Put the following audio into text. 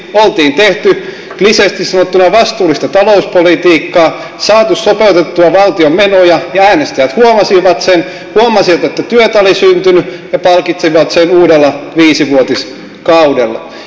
oltiin tehty kliseisesti sanottuna vastuullista talouspolitiikkaa saatu sopeutettua valtion menoja ja äänestäjät huomasivat sen huomasivat että työtä oli syntynyt ja palkitsivat sen uudella viisivuotiskaudella